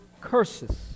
curses